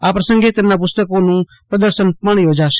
આ પ્રસંગે તેમના પુસ્તકોનું પ્રદશન પણ યોજાશે